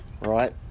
Right